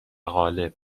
غالب